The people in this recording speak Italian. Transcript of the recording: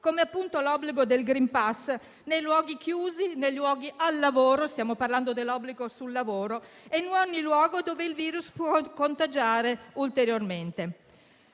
come l'obbligo del *green pass* nei luoghi chiusi, nei luoghi di lavoro - stiamo parlando dell'obbligo sul lavoro - e in ogni luogo dove il virus può contagiare ulteriormente.